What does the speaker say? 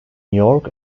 york